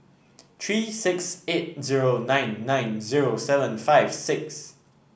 three six eight zero nine nine zero seven five six